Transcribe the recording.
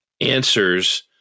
answers